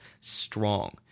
strong